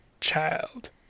Child